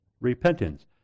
repentance